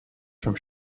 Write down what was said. from